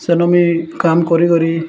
ସେନ ମୁଇଁ କାମ କରି କରି